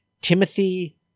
Timothy